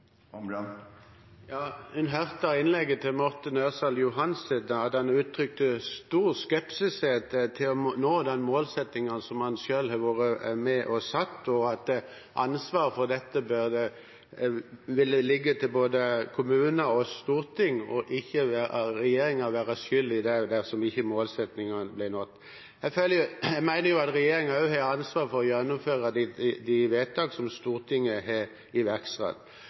hørte av innlegget til Morten Ørsal Johansen at han uttrykte stor skepsis til å nå den målsettingen som han selv har vært med på å sette, at ansvaret for dette ville tilligge både kommuner og Stortinget, og at regjeringen ikke ville være skyld i det dersom ikke målsettingene ble nådd. Jeg mener at regjeringen også har ansvaret for å gjennomføre det som Stortinget har vedtatt iverksatt. Da er mitt spørsmål: Har statsråden tro på de målsettingene som Stortinget her har